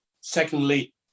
Secondly